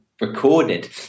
recorded